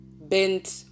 bent